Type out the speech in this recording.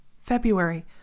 February